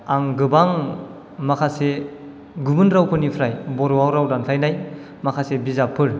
आं गोबां माखासे गुबुन रावफोरनिफ्राय बर' आव राव दानस्लाइनाय माखासे बिजाबफोर